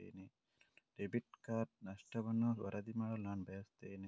ನನ್ನ debit card ನಷ್ಟವನ್ನು ವರದಿ ಮಾಡಲು ನಾನು ಬಯಸ್ತೆನೆ